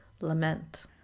lament